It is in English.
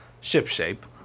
ship-shape